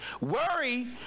Worry